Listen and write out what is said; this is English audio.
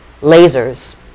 lasers